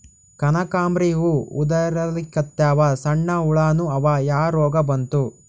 ಕನಕಾಂಬ್ರಿ ಹೂ ಉದ್ರಲಿಕತ್ತಾವ, ಸಣ್ಣ ಹುಳಾನೂ ಅವಾ, ಯಾ ರೋಗಾ ಬಂತು?